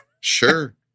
Sure